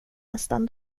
nästan